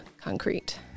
concrete